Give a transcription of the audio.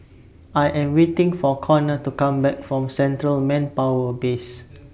I Am waiting For Conor to Come Back from Central Manpower Base